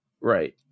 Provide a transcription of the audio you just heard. right